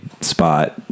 spot